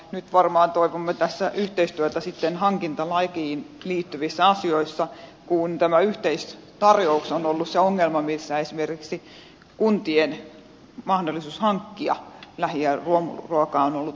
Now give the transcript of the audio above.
nyt varmaan toivomme tässä yhteistyötä sitten hankintalakiin liittyvissä asioissa kun tämä yhteistarjous on ollut se ongelma missä esimerkiksi kuntien mahdollisuus hankkia lähi ja luomuruokaa on ollut ongelmallista